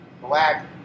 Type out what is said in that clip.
black